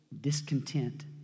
discontent